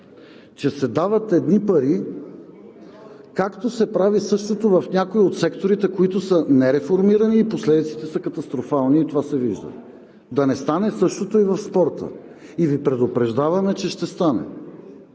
че се дават едни пари, както се прави същото в някои от секторите, които са нереформирани, и последиците са катастрофални, и това се вижда. Да не стане същото и в спорта? Предупреждаваме Ви, че ще стане!